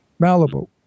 Malibu